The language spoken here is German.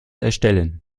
erstellen